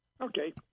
Okay